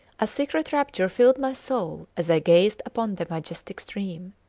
a secret rapture filled my soul as i gazed upon the majestic stream.